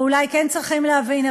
או אולי כן צריכים להבין,